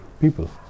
people